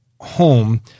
home